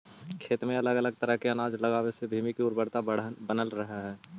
खेत में अलग अलग तरह के अनाज लगावे से भूमि के उर्वरकता बनल रहऽ हइ